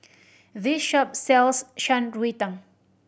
this shop sells Shan Rui Tang